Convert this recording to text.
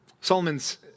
Solomon's